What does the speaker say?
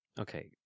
Okay